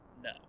no